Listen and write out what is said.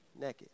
Naked